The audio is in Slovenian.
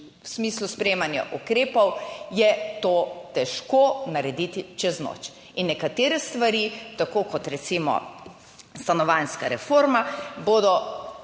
v smislu sprejemanja ukrepov je to težko narediti čez noč. In nekatere stvari, tako kot recimo stanovanjska reforma, bodo,